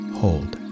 hold